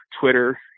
Twitter